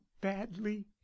badly